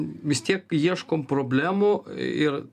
vis tiek ieškom problemų ir